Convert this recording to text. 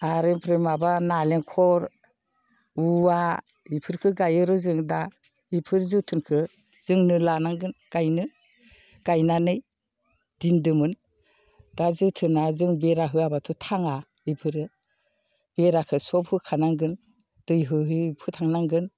आरो ओमफ्राय माबा नालेंखर औवा बिफोरखौ गायो र' जों दा बेखौ जोथोनखौ जोंनो लानांगोन गायनो गायनानै दोनदोंमोन दा जोथोना जों बेरा होआबाथ' थाङा बेफोरो बेराखौ सब होखानांगोन दै होयै होयै फोथांनांगोन